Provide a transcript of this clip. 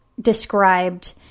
described